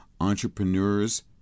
Entrepreneur's